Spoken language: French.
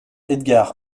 edgar